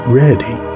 ready